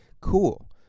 Cool